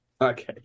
okay